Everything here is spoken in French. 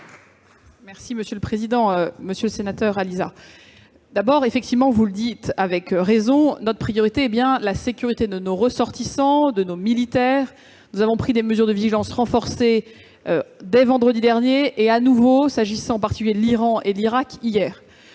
affaires européennes. Monsieur le sénateur Pascal Allizard, comme vous le dites avec raison, notre priorité est bien la sécurité de nos ressortissants et de nos militaires. Nous avons pris des mesures de vigilance renforcée dès vendredi dernier et de nouveau hier, s'agissant en particulier de l'Iran et l'Irak.